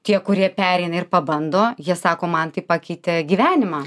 tie kurie pereina ir pabando jie sako man tai pakeitė gyvenimą